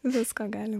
visko gali